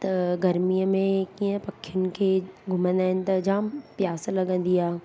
त गर्मीअ में कीअं पखियुनि खे घुमंदा आहिनि त जाम प्यास लॻंदी आहे